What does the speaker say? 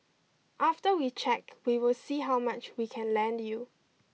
after we check we will see how much we can lend you